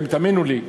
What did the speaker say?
תאמינו לי,